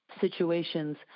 situations